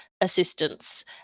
assistance